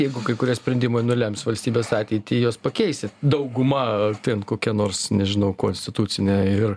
jeigu kai kurie sprendimai nulems valstybės ateitį juos pakeisi dauguma ten kokia nors nežinau konstitucinė ir